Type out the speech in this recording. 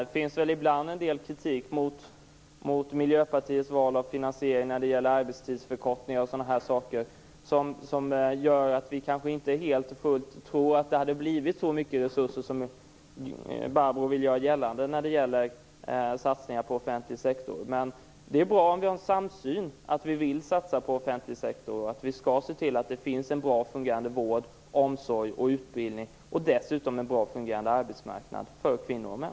Det riktas ibland kritik mot Miljöpartiets val av finansiering när det gäller arbetstidsförkortningar och sådant. Det gör att vi kanske inte tror att det skulle bli så mycket resurser som Barbro Johansson vill göra gällande i fråga om satsningar på den offentliga sektorn. Men det är bra om vi har en samsyn. Vi vill satsa på den offentliga sektorn. Vi skall se till att det finns bra och fungerande vård, omsorg och utbildning och dessutom en bra och fungerande arbetsmarknad för kvinnor och män.